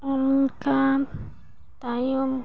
ᱚᱱᱠᱟᱱ ᱛᱟᱭᱚᱢ